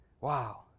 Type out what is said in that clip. Wow